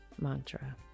mantra